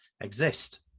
exist